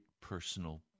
personal